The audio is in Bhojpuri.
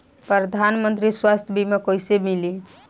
प्रधानमंत्री स्वास्थ्य बीमा कइसे मिली?